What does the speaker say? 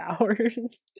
hours